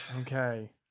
Okay